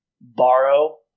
borrow